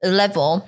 level